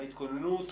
בהתכוננות,